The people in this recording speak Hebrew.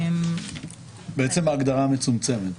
ההגדרה מצומצמת.